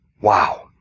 Wow